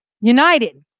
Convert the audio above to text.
united